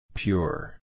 Pure